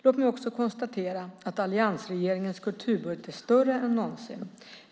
Låt mig också konstatera att alliansregeringens kulturbudget är större än någonsin.